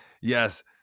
Yes